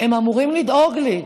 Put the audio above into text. הם אמורים לדאוג לי.